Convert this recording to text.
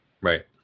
right